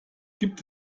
gibt